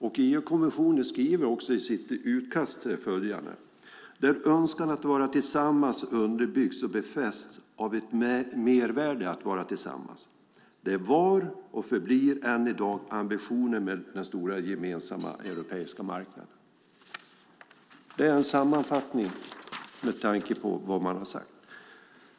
EU-kommissionen skriver också i sitt utkast följande: "Önskan att vara tillsammans underbyggs och befästs av ett mervärde av att vara tillsammans: Det var och förblir än i dag ambitionen med den stora gemensamma europeiska marknaden." Det är en sammanfattning, med tanke på vad man har sagt.